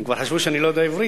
הם כבר חשבו שאני לא יודע עברית.